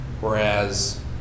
Whereas